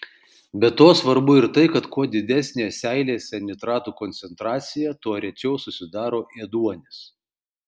be to svarbu ir tai kad kuo didesnė seilėse nitratų koncentracija tuo rečiau susidaro ėduonis